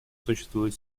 существуют